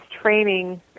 training